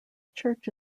church